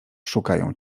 szukają